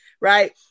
right